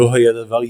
"לא היה דבר ייחודי,